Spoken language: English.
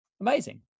Amazing